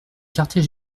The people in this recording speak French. quartier